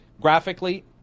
Graphically